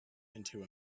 into